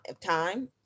time